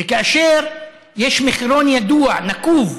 וכאשר יש מחירון ידוע, נקוב,